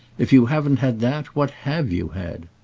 if you haven't had that what have you had?